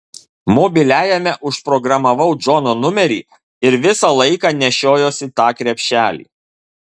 mobiliajame užprogramavau džono numerį ir visą laiką nešiojuosi tą krepšelį